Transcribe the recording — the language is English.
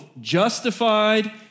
justified